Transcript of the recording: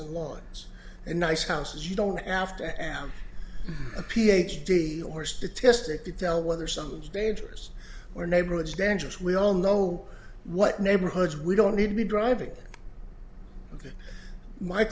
and lawns and nice houses you don't after am a ph d or statistic to tell whether something's dangerous or neighborhoods dangerous we all know what neighborhoods we don't need to be driving